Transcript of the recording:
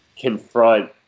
confront